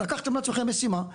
לקחתם לעצמם משימה,